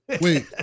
Wait